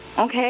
okay